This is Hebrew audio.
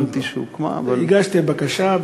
עודכנתי שהוקמה, אבל, הגשתי בקשה.